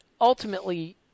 ultimately